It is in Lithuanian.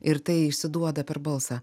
ir tai išsiduoda per balsą